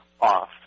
off